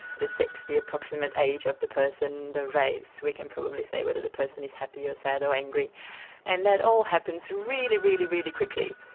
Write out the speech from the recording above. the sex, the approximate age of the person, the race we can probably say whether the person is happy or sad or angry and that all happens really, really, really quickly.